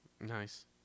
Nice